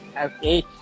okay